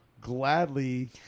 gladly